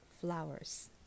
flowers